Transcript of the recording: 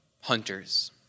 hunters